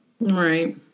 Right